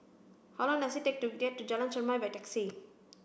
how long does it take to get to Jalan Chermai by taxi